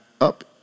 up